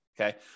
Okay